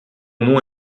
nom